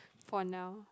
for now